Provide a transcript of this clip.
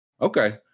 Okay